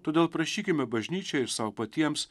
todėl prašykime bažnyčiai ir sau patiems